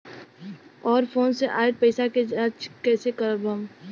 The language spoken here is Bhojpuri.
और फोन से आईल पैसा के जांच कैसे करब हम?